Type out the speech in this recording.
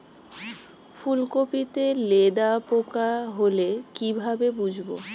ফুলকপিতে লেদা পোকা হলে কি ভাবে বুঝবো?